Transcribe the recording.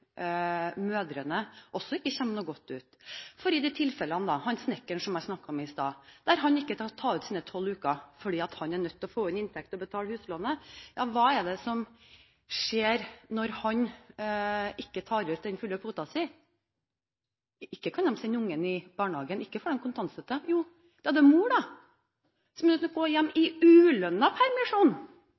mødrene heller ikke kommer noe godt ut. I det tilfellet med snekkeren, som jeg snakket om i stad, der han ikke tar ut sine tolv uker fordi han er nødt til å få inn inntekt til å betale huslånet, hva skjer når han ikke tar ut den fulle kvoten sin? Ikke kan de sende ungen i barnehagen, ikke får de kontantstøtte – da er det mor som må være hjemme i ulønnet permisjon. Da er det mor som er nødt til å gå